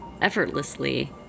effortlessly